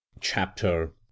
Chapter